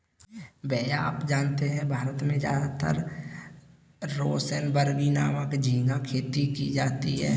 भैया आप जानते हैं भारत में ज्यादातर रोसेनबर्गी नामक झिंगा खेती की जाती है